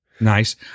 Nice